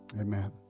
Amen